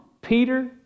Peter